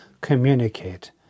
communicate